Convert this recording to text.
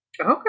Okay